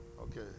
Okay